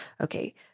okay